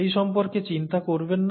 এই সম্পর্কে চিন্তা করবেন না